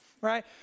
right